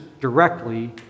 directly